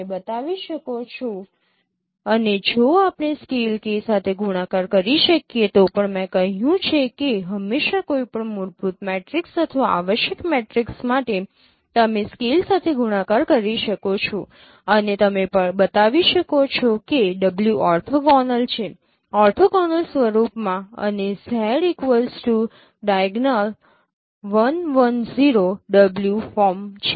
તમે બતાવી શકો છો અને જો આપણે સ્કેલ k સાથે ગુણાકાર કરી શકીએ તો પણ મેં કહ્યું છે કે હંમેશાં કોઈપણ મૂળભૂત મેટ્રિક્સ અથવા આવશ્યક મેટ્રિક્સ માટે તમે સ્કેલ સાથે ગુણાકાર કરી શકો છો અને તમે બતાવી શકો છો કે W ઓર્થોગોનલ છે ઓર્થોગોનલ સ્વરૂપમાં અને Zdiag1 1 0W ફ્રોમ છે